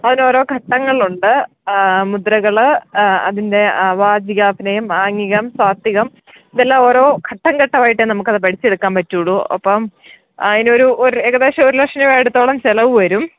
അതിനോരോ ഘട്ടങ്ങളുണ്ട് മുദ്രകൾ അതിൻ്റെ വാചികാഭിനയം ആംഗികം സ്വാസ്തികം ഇതെല്ലാം ഓരോ ഘട്ടം ഘട്ടമായിട്ടേ നമുക്ക് അത് പഠിച്ചെടുക്കാൻ പറ്റുകയുള്ളു ഒപ്പം അതിനൊരു ഒരു ഏകദേശം ഒരു ലക്ഷം രൂപ അടുത്തോളം ചിലവ് വരും